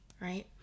right